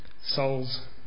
souls